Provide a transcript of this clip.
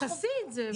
אז תעשי את זה.